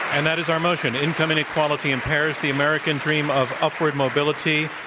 and that is our motion income inequality impairs the american dream of upward mobility.